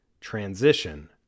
transition